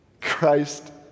Christ